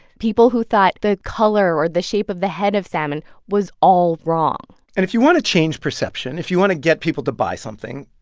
people who thought the color or the shape of the head of salmon was all wrong and if you want to change perception, if you want to get people to buy something,